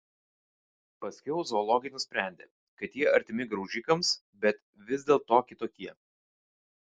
paskiau zoologai nusprendė kad jie artimi graužikams bet vis dėlto kitokie